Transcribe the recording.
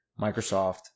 Microsoft